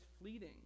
fleeting